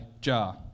jar